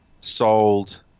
Sold